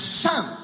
son